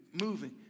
moving